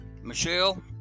Michelle